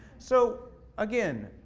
so again,